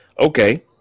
Okay